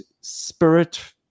Spirit